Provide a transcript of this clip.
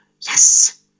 yes